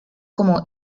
como